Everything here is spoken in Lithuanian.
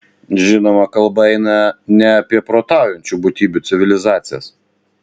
žinoma kalba eina ne apie protaujančių būtybių civilizacijas